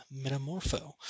metamorpho